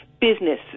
business